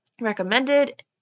recommended